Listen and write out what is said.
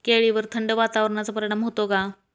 केळीवर थंड वातावरणाचा परिणाम होतो का?